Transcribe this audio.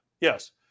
yes